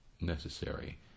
necessary